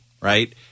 Right